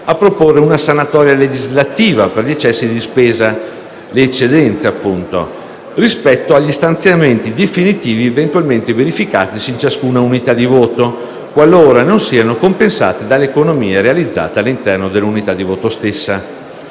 a proporre una sanatoria legislativa per gli eccessi di spesa (le eccedenze, appunto) rispetto agli stanziamenti definitivi eventualmente verificatisi in ciascuna unità di voto, qualora non siano compensate dalle economie realizzate all'interno dell'unità di voto stessa.